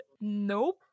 Nope